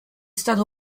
stato